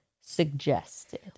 suggested